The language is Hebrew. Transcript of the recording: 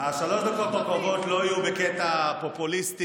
שלוש הדקות הקרובות לא יהיו בקטע פופוליסטי,